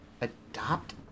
adopt